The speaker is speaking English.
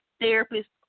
therapist